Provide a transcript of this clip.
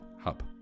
Hub